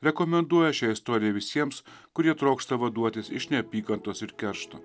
rekomenduoja šią istoriją visiems kurie trokšta vaduotis iš neapykantos ir keršto